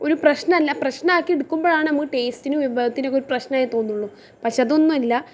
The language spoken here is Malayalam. ഒരു പ്രശ്നമല്ല പ്രശ്നമാക്കി എടുക്കുമ്പോഴാണ് നമുക്ക് ടേസ്റ്റിന് വിഭവത്തിനൊക്കെ ഒരു പ്രശ്നമായി തോന്നുവൊള്ളൂ പക്ഷേ അതൊന്നുവല്ല